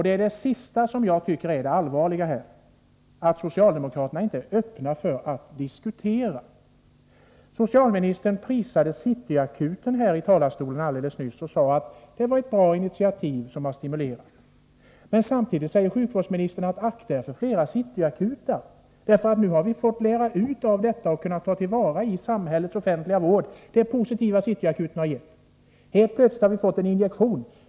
Det är det sista jag tycker är det allvarliga, att socialdemokraterna inte är öppna för att diskutera. Socialministern prisade City Akuten i talarstolen alldeles nyss och sade att det var ett bra initiativ som har stimulerat. Men samtidigt säger sjukvårdsministern: Akta er för fler City Akuter. Nu har vi fått lära hut av detta och i samhällets offentliga vård kunnat ta till vara det positiva som City Akuten har gett. Helt plötsligt har vi fått en injektion.